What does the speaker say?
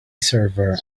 server